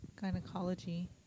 gynecology